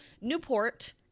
Newport